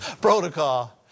protocol